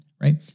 right